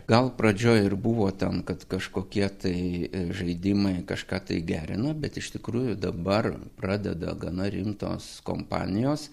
gal pradžioj ir buvo ten kad kažkokie tai žaidimai kažką tai gerina bet iš tikrųjų dabar pradeda gana rimtos kompanijos